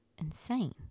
insane